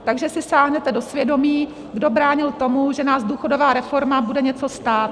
Takže si sáhněte do svědomí, kdo bránil tomu, že nás důchodová reforma bude něco stát.